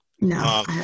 No